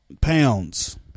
Pounds